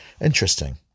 Interesting